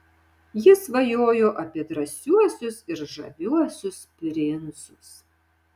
ji svajojo apie drąsiuosius ir žaviuosius princus